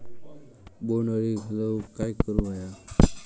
बोंड अळी घालवूक काय करू व्हया?